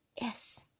Yes